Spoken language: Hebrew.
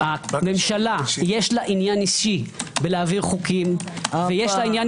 לממשלה יש עניין אישי להעביר חוקים ויש לה עניין